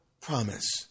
Promise